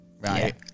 Right